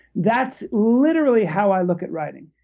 that's literally how i look at writing.